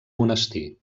monestir